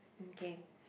okay